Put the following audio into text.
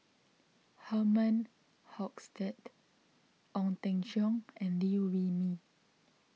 Herman Hochstadt Ong Teng Cheong and Liew Wee Mee